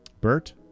Bert